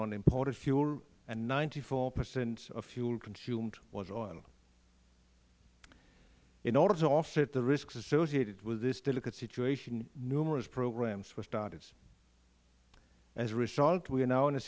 fuel and ninety four percent of fuel consumed was oil in order to offset the risks associated with this delicate situation numerous programs were started as a result we are now in a